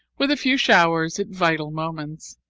with a few showers at vital moments.